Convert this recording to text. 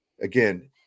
Again